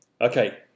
Okay